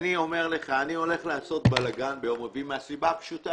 אני אומר לך שאני הולך לעשות בלגן ביום רביעי מהסיבה הפשוטה